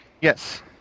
Yes